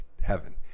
heaven